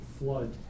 Flood